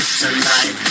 tonight